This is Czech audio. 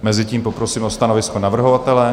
Mezitím poprosím o stanovisko navrhovatele.